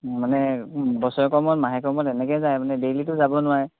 মানে বছৰেকৰ মূৰত মাহেকৰ মূৰত এনেকৈ যায় মানে ডেইলীটো যাব নোৱাৰে